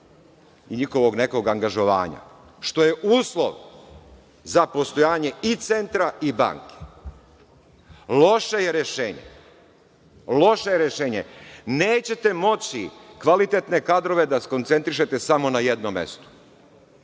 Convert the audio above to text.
i njihovog nekog angažovanja, što je uslov za postojanje i centra i banke. Loše je rešenje. Nećete moći kvalitetne kadrove da skoncentrišete samo na jednom mestu.